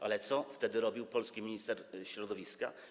Ale co wtedy robił polski minister środowiska?